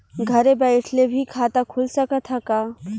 घरे बइठले भी खाता खुल सकत ह का?